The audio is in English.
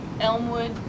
Elmwood